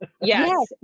yes